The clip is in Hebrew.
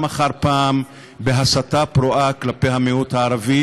אחר פעם בהסתה פרועה כלפי המיעוט הערבי,